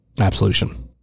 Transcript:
Absolution